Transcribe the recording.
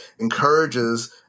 encourages